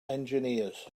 engineers